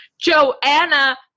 Joanna